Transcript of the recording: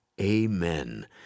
Amen